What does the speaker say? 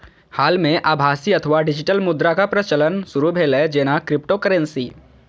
हाल मे आभासी अथवा डिजिटल मुद्राक प्रचलन शुरू भेलै, जेना क्रिप्टोकरेंसी